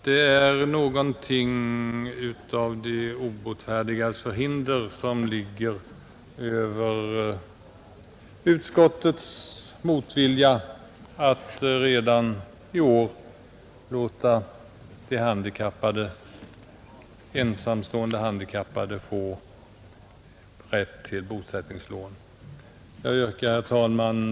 Det är någonting av de obotfärdigas förhinder som ligger över utskottets motvilja mot att redan nu låta ensamstående handikappade få rätt till bosättningslån. Herr talman!